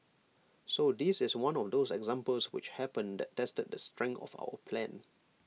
so this is one of those examples which happen that tested the strength of our plan